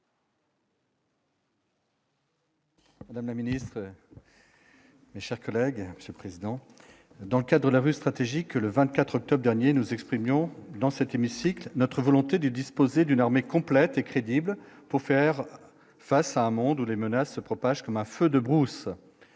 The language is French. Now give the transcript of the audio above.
Madame la Ministre, mes chers collègues, ce président dans le cadre de la vue stratégique le 24 octobre dernier nous exprimer dans cet hémicycle, notre volonté de disposer d'une armée complète et crédible pour faire face à un monde où les menaces se propage comme un feu de brousse,